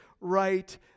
right